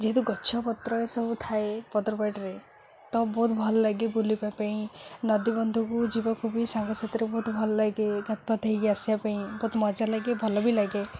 ଯେହେତୁ ଗଛ ପତ୍ର ଏସବୁ ଥାଏ ପଦ୍ରପଟରେ ତ ବହୁତ ଭଲ ଲାଗେ ବୁଲିବା ପାଇଁ ନଦୀ ବନ୍ଧୁକୁ ଯିବାକୁ ବି ସାଙ୍ଗସଥିରେ ବହୁତ ଭଲ ଲାଗେ ହୋଇକି ଆସିବା ପାଇଁ ବହୁତ ମଜା ଲାଗେ ଭଲ ବି ଲାଗେ